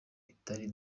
itari